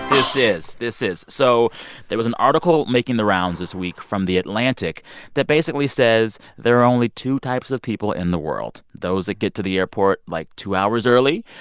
this is, this is. so there was an article making the rounds this week from the atlantic that basically says there are only two types of people in the world those that get to the airport, like, two hours early,